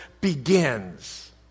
begins